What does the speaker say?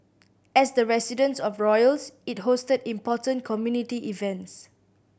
as the residence of royals it hosted important community events